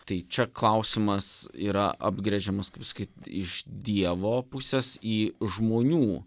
tai čia klausimas yra apgręžiamas kaip sakyt iš dievo pusės į žmonių